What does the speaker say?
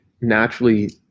naturally